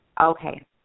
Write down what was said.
Okay